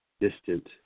distant